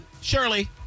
Shirley